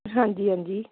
ਹਾਂਜੀ ਹਾਂਜੀ